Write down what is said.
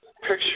Picture